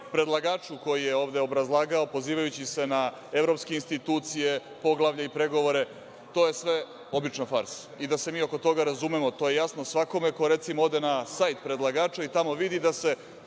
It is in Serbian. predlagaču koji je ovde obrazlagao, pozivajući se na evropske institucije, poglavlja i pregovore, to je sve obična farsa. I da se mi oko toga razumemo, to je jasno svakome ko, recimo, ode na sajt predlagača i tamo vidi da se